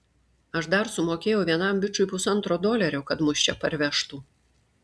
aš dar sumokėjau vienam bičui pusantro dolerio kad mus čia parvežtų